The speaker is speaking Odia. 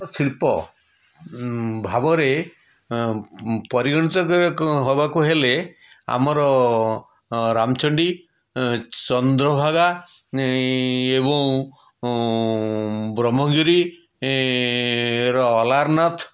ଶିଳ୍ପ ଭାବରେ ପରିଗଣିତ ହେବାକୁ ହେଲେ ଆମର ରାମଚଣ୍ଡୀ ଚନ୍ଦ୍ରଭାଗା ଏବଂ ବ୍ରହ୍ମଗିରି ଆଲାରନାଥ